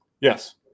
Yes